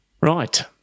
right